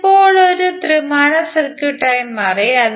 ഇത് ഇപ്പോൾ ഒരു ത്രിമാന സർക്യൂട്ടായി മാറി